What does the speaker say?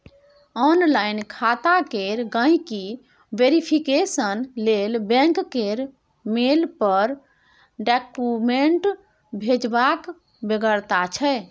online खाता केर गांहिकी वेरिफिकेशन लेल बैंक केर मेल पर डाक्यूमेंट्स भेजबाक बेगरता छै